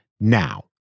Now